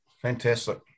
fantastic